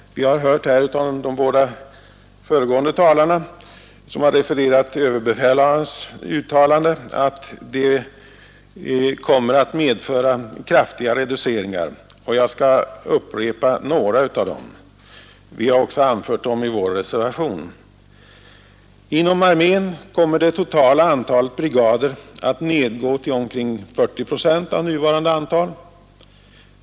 Vi har här hört av de båda föregående talarna, som refererade till överbefälhavarens uttalande, att begränsningarna kommer att medföra kraftiga reduceringar. Jag vill här ange några av dem. Vi har också anfört dem i vår reservation. Inom armén kommer det totala antalet brigader att nedgå till omkring 40 procent av nuvarande antal.